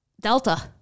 Delta